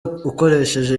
ukoresheje